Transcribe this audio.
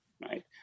right